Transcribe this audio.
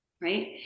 right